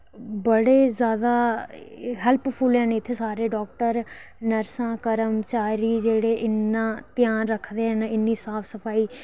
बड़े जादा इत्थै हैल्पफुल न सारे डॉक्टर नर्सां कर्मचारी जेह्ड़े इन्ना ध्यान रखदे न इन्नी साफ सफाई